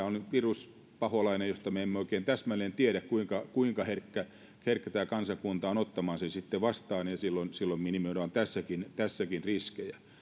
on viruspaholainen josta me emme oikein täsmälleen tiedä kuinka kuinka herkkä herkkä tämä kansakunta on ottamaan sen sitten vastaan ja silloin silloin minimoidaan tässäkin tässäkin riskejä